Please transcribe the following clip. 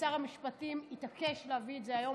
ושר המשפטים התעקש להביא את זה היום,